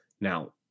Now